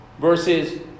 versus